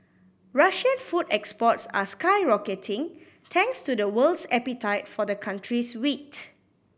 Russian food exports are skyrocketing thanks to the world's appetite for the country's wheat